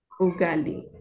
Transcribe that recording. Ugali